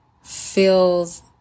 feels